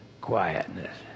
quietness